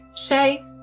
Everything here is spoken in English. Shay